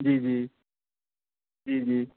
जी जी